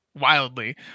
wildly